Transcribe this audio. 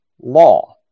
law